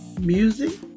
music